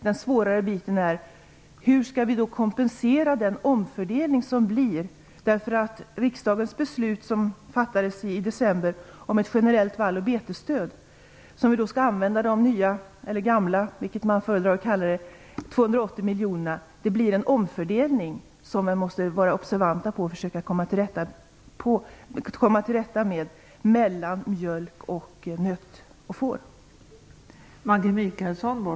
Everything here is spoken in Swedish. Den svårare biten gäller hur vi skall kompensera den omfördelning som skall göras. Riksdagen fattade ett beslut i december om ett generellt vall och betesstöd. De nya eller gamla - vad man nu föredrar att kalla dem - 280 miljonerna skall användas. Det blir en omfördelning som vi måste vara observanta på och försöka komma till rätta med mellan mjölk, nöt och får.